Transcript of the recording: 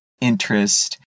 interest